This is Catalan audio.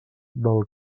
del